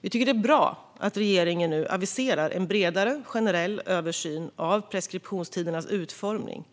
Vi tycker att det är bra att regeringen nu aviserar en bredare generell översyn av preskriptionstidernas utformning.